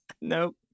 Nope